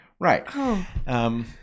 Right